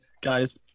Guys